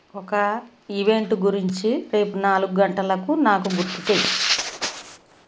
ఒక ఈవెంట్ గురించి రేపు నాలుగు గంటలకు నాకు గుర్తుచెయ్యి